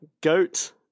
Goat